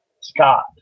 Scott